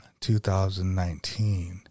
2019